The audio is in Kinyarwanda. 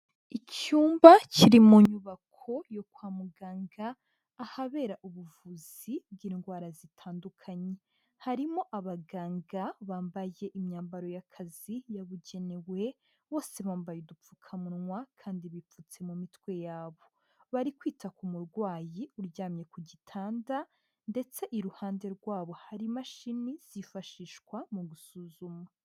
Icyumba kiri mu nyubako yo kwa muganga, ahabera ubuvuzi bw'indwara zitandukanye. Harimo abaganga bambaye imyambaro y'akazi yabugenewe, bose bambaye udupfukamunwa, kandi bipfutse mu mitwe yabo. Bari kwita ku murwayi uryamye ku gitanda, ndetse iruhande rwabo hari imashini, zifashishwa mu gusuzuma.